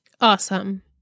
Awesome